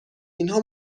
اینها